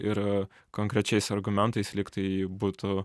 ir konkrečiais argumentais lyg tai būtų